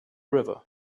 river